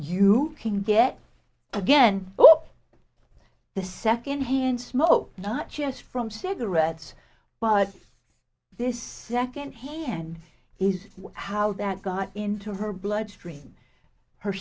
you can get again oh oh the secondhand smoke not just from cigarettes but this second hand is how that got into her bloodstream her